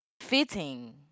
Fitting